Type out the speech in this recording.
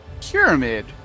pyramid